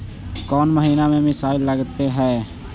कौन महीना में मिसाइल लगते हैं?